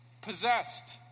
possessed